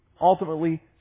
ultimately